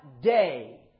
day